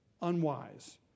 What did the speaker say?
unwise